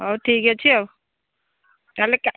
ହଉ ଠିକ୍ ଅଛି ଆଉ ତା'ହେଲେ କା